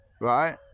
right